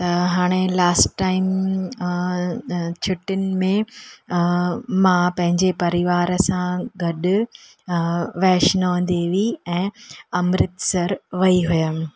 त हाणे last time छुट्टियुनि में मां पंहिंजे परिवार सां गॾु वैष्णो देवी ऐं अमृतसर वयी हुयमि